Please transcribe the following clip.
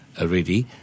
already